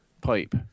pipe